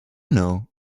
know